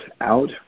out